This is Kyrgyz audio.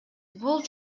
бул